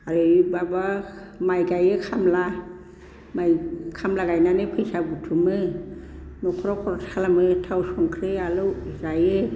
आरो ओइ माबा माइ गायो खामला माइ खामला गायनानै फैसा बुथुमो न'खराव खरस खालामो थाव संख्रै आलौ जायो